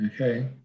Okay